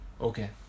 Okay